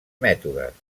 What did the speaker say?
mètodes